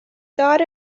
thought